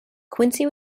quincy